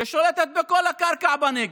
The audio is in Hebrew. ששולטת בכל הקרקע בנגב,